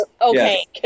okay